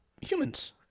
humans